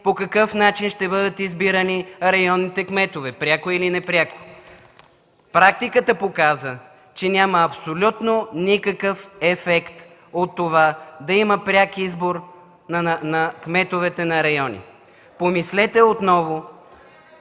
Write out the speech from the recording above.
по какъв начин ще бъдат избирани районните кметове – пряко или непряко. Практиката показа, че няма абсолютно никакъв ефект от това да има пряк избор на кметовете на райони. Помислете отново